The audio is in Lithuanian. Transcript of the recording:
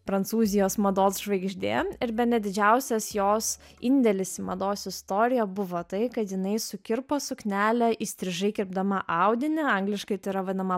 prancūzijos mados žvaigždė ir bene didžiausias jos indėlis į mados istoriją buvo tai kad jinai sukirpo suknelę įstrižai kirpdama audinį angliškai tai yra vinama